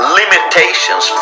limitations